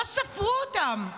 לא ספרו אותם.